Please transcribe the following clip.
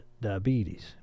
diabetes